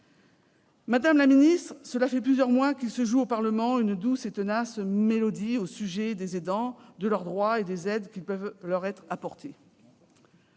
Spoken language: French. Madame la secrétaire d'État, voilà plusieurs mois que l'on joue, au Parlement, une douce et tenace mélodie au sujet des aidants, de leurs droits et des aides qui peuvent leur être apportées.